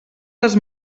les